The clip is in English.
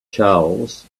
charles